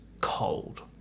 cold